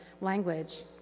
language